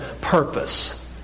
purpose